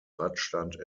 radstand